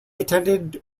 attended